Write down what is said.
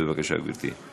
בבקשה, גברתי.